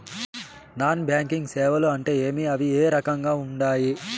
non banking సేవలు అంటే ఏమి అవి ఏ రకంగా ఉండాయి